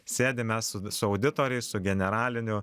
sėdim mes su su auditoriais su generaliniu